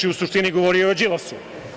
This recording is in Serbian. U suštini, govorio je o Đilasu.